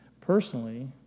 Personally